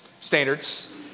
standards